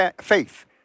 faith